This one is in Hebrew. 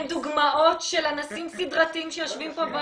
דוגמאות של אנסים סדרתיים שיושבים פה.